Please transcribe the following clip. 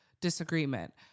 disagreement